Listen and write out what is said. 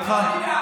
החוקה של שווייץ.